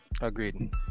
Agreed